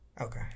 Okay